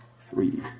Three